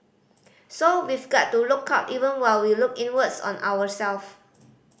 so we've got to look out even while we look inwards on ourselves